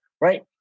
Right